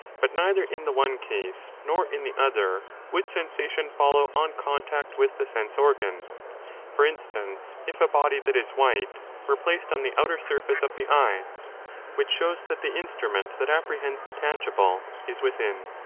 but neither in the one case nor in the other would sensation follow on contact with the sense-organ for instance, if a body that is white were placed on the outer surface of the eye which shows that the instrument that appre hends the tangible is within.